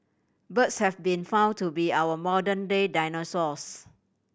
birds have been found to be our modern day dinosaurs